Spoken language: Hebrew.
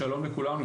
שלום לכולם.